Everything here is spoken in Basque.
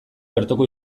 bertoko